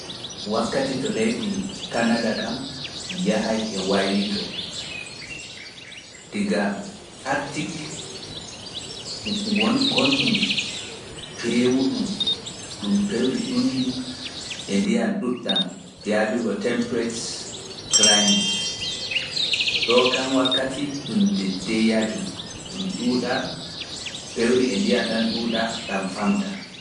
Wakkati to leydi Kanada kam yahay e wayli to, daga arktik gon ɗum peewu ɗum ɗum pewri ɗum ndi e ndiyam ɗuɗɗam yaade yo temperate climat ɗo kam wakkati ɗum de deyajum ɗum ɗuuɗa pewri e ndiyam ɗam ɗam ɗuuɗa ɗam famɗa